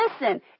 listen